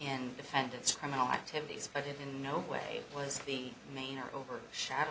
in defendant's criminal activities but it in no way was the main or over sha